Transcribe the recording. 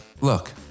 look